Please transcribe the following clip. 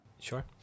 Sure